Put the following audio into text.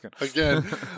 again